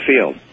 field